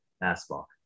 basketball